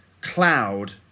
cloud